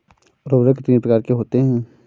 उर्वरक कितनी प्रकार के होते हैं?